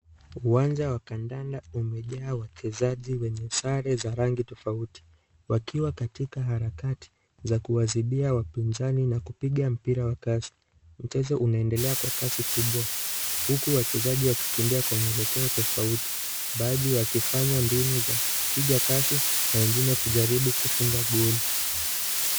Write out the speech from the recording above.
Uwanja wa kandanda umejaa wachezaji wenye sare za rangi tofauti, wakiwa katika harakati za kuwazibia wapinzani na kupiga mpira wa kasi. Mchezo unaendelea kwa kasi kubwa huku wachezaji wakikimbia kwa mwelekeo tofauti; baadhi wakifanya mbinu za kupiga kasi na wengine kujaribu kufunga goli.